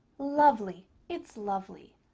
lovely. it's lovely.